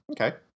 Okay